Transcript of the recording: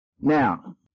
Now